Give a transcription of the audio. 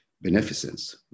beneficence